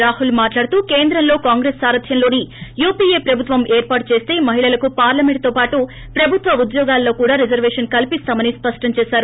ఈ సందర్బంగా రాహుల్ మాట్లాడుతూ కేంద్రంలో కాంగ్రెస్ సారధ్యంలోని యొపిఏ ప్రభుత్వం ఏర్పాటు చేస్త మహిళలకు పార్లమెంట్తో పాటు ప్రభుత్వ ఉద్యోగాలలో కూడా రిజర్వేషన్ కల్పిస్తామని స్పష్టంచేశారు